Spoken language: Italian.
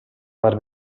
far